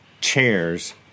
Chairs